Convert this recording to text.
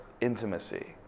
intimacy